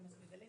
אנחנו עם הספר,